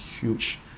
huge